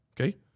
Okay